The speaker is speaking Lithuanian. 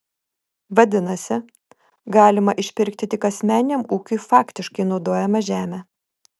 vadinasi galima išpirkti tik asmeniniam ūkiui faktiškai naudojamą žemę